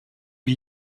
wie